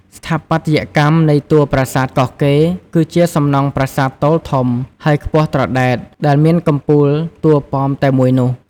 ស្ថាបត្យកម្មនៃតួរប្រាសាទកោះកេរ្ដិ៍ គឺជាសំណង់ប្រាសាទទោលធំ ហើយខ្ពស់ត្រដែត ដែលមានកំពូលតួប៉មតែមួយនោះ។